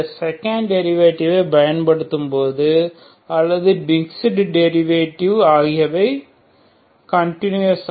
இந்த செகண்ட் டெரிவெடிவை பயன்படுத்தும்போது அல்லது மிக்ஸ்ட் டெரிவேடிவ் ஆகியவை கண்டினுயஸ்